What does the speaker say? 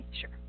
sure